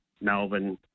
melbourne